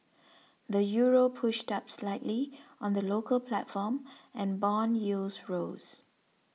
the Euro pushed up slightly on the local platform and bond yields rose